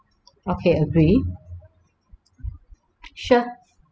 okay agree sure